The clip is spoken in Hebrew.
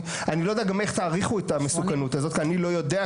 אני לא יודע גם איך תעריכו את המסוכנות הזאת כי אני לא יודע,